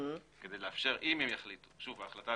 ההחלטה